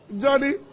Johnny